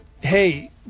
hey